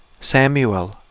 Samuel